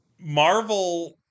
Marvel